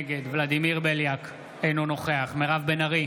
נגד ולדימיר בליאק, אינו נוכח מירב בן ארי,